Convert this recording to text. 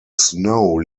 snow